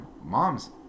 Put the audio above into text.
mom's